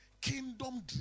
kingdom